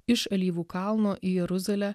iš alyvų kalno į jeruzalę